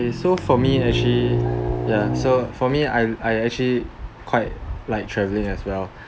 K so for me ya so for me I I actually quite like travelling as well